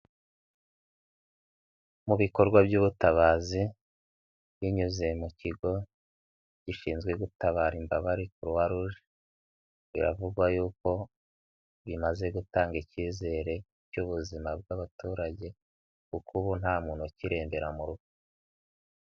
Mu bikorwa by'ubutabazi binyuze mu kigo gishinzwe gutabara imbabare kuruwaruje, biravugwa yuko bimaze gutanga ikizere cy'ubuzima bw'abaturage kuko ubu nta muntu ukirembera mu rugo.